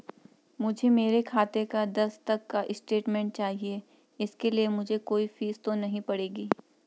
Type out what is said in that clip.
मुझे मेरे खाते का दस तक का स्टेटमेंट चाहिए इसके लिए मुझे कोई फीस तो नहीं पड़ेगी?